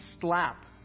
slap